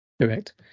Correct